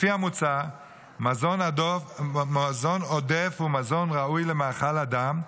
לפי המוצע, מזון עודף הוא מזון ראוי למאכל אדם.